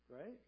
right